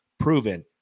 Proven